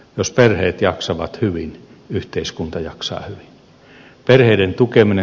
jos perheet jaksavat hyvin yhteiskunta jaksaa hyvin